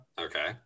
Okay